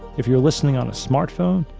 if you're listening on a smartphone,